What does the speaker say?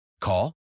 Call